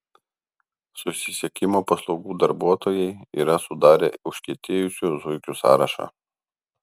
susisiekimo paslaugų darbuotojai yra sudarę užkietėjusių zuikių sąrašą